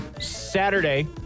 Saturday